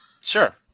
Sure